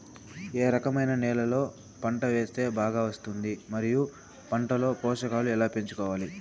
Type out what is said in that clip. ఏ రకమైన నేలలో పంట వేస్తే బాగా వస్తుంది? మరియు పంట లో పోషకాలు ఎలా పెంచుకోవాలి?